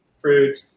fruit